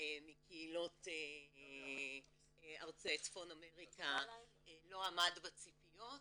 מקהילות צפון אמריקה לא עמד בציפיות,